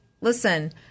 listen